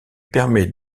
permet